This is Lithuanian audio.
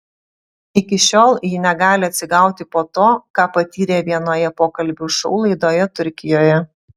iki šiol ji negali atsigauti po to ką patyrė vienoje pokalbių šou laidoje turkijoje